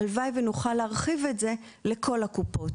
הלוואי ונוכל להרחיב את זה לכל הקופות.